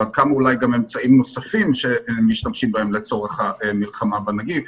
ועד כמה אולי גם אמצעים נוספים שמשתמשים בהם לצורך המלחמה בנגיף